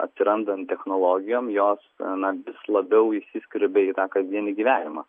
atsirandant technologijom jos na vis labiau įsiskverbia į kasdienį gyvenimą